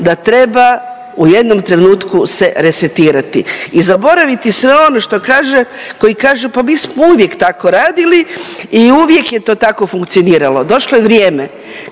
da treba u jednom trenutku se resetirati i zaboraviti sve ono što kaže, koji kaže – pa mi smo uvijek tako radili i uvijek je to tako funkcioniralo. Došlo je vrijeme